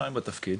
חודשיים בתפקיד,